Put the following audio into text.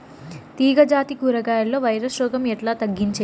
తీగ జాతి కూరగాయల్లో వైరస్ రోగం ఎట్లా తగ్గించేది?